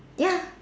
ya